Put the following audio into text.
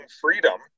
freedom